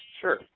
Sure